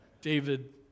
David